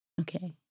Okay